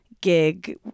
gig